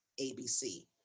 ABC